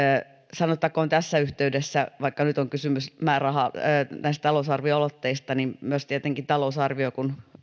sanottakoon tässä yhteydessä vaikka nyt on kysymys näistä talousarvioaloitteista että kun tietenkin talousarvio